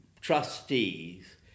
trustees